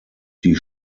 die